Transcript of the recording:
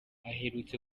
aherutse